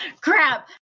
crap